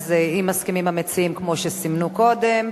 אז אם מסכימים המציעים כמו שסימנו קודם,